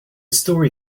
story